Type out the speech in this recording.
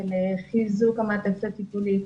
של חיזוק המעטפת הטיפולית.